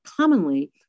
commonly